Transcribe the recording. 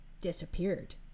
disappeared